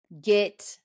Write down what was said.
Get